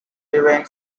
remained